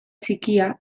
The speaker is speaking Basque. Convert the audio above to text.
txikia